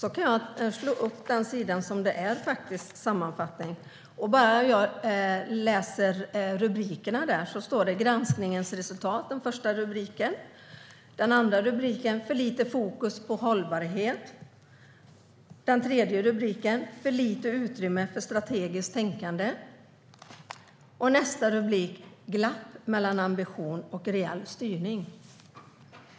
Jag kan slå upp den sidan där sammanfattningen finns och läsa rubrikerna. Den första rubriken är: Granskningens resultat. Den andra rubriken är: För lite fokus på hållbarhet. Den tredje rubriken är: För lite utrymme för strategiskt tänkande. Nästa rubrik: Glapp mellan ambition och reell styrning.